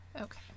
Okay